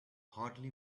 hardly